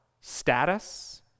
status